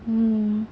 mm